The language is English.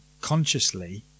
consciously